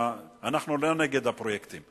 אנחנו לא נגד הפרויקטים.